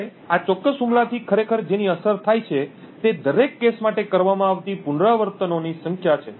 હવે આ ચોક્કસ હુમલાથી ખરેખર જેની અસર થાય છે તે દરેક કેસ માટે કરવામાં આવતી પુનરાવર્તનોની સંખ્યા છે